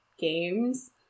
games